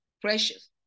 precious